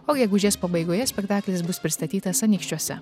o gegužės pabaigoje spektaklis bus pristatytas anykščiuose